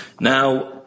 Now